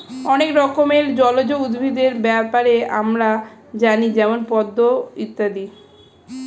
অনেক রকমের জলজ উদ্ভিদের ব্যাপারে আমরা জানি যেমন পদ্ম ইত্যাদি